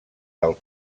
del